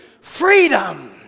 freedom